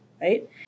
right